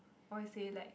why you say like